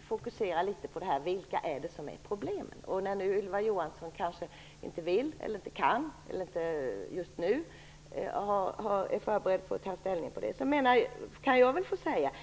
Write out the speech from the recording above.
fokuserar debatten på vilka som utgör problemen. När nu Ylva Johansson inte vill, inte kan eller just nu inte är beredd att ta ställning till det, kan jag väl få säga vad jag anser.